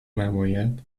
نماید